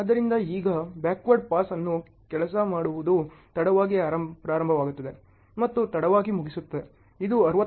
ಆದ್ದರಿಂದ ಈಗ backward pass ಅನ್ನು ಕೆಲಸ ಮಾಡುವುದು ತಡವಾಗಿ ಪ್ರಾರಂಭವಾಗುತ್ತದೆ ಮತ್ತು ತಡವಾಗಿ ಮುಗಿಸುತ್ತದೆ ಇದು 69